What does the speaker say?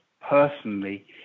personally